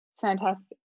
fantastic